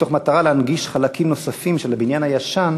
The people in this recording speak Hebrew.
מתוך מטרה להנגיש חלקים נוספים של הבניין הישן